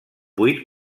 vuit